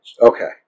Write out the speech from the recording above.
Okay